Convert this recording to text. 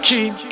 Keep